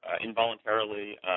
involuntarily